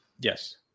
Yes